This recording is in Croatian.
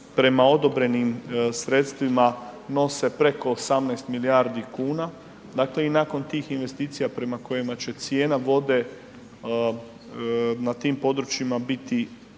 prema odobrenim sredstvima nose preko 18 milijardi kuna, dakle i nakon tih investicija prema kojima će cijena vode na tim područjima biti